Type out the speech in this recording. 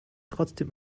trotzdem